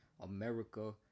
america